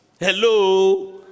Hello